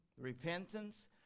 Repentance